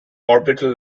orbital